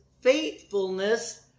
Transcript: faithfulness